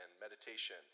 meditation